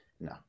No